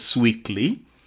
weekly